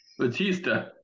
Batista